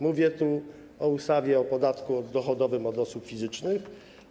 Mówię tu o ustawie o podatku dochodowym od osób fizycznych.